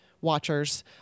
watchers